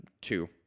two